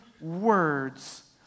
words